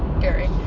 Gary